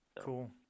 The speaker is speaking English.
Cool